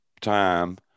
time